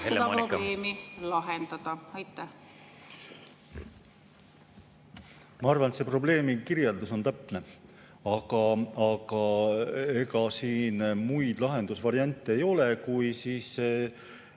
Ma arvan, et see probleemi kirjeldus on täpne, aga ega siin muid lahendusvariante ei ole kui kõikide